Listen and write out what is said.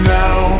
now